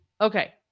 Okay